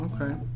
okay